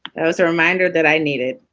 that was a reminder that i needed